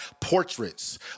portraits